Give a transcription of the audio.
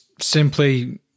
simply